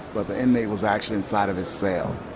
but the inmate was actually inside of his cell.